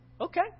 Okay